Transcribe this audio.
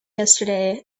yesterday